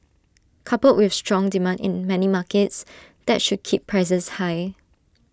coupled with strong demand in many markets that should keep prices high